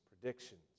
predictions